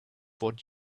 what